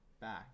back